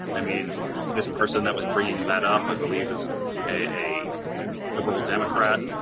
i mean this person that was bringing that up, i believe, is a liberal democrat.